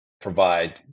Provide